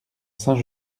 saint